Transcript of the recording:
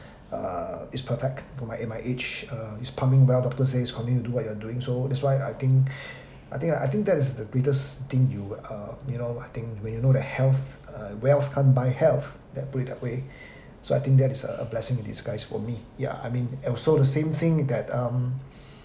uh is perfect for my at my age uh it's pumping well doctor says continue to do what you're doing so that's why I think I think uh I think that is the greatest thing you uh you know I think when you know the health uh wealth can't buy health that put it that way so I think that is a a blessing in disguise for me yeah I mean and also the same thing that um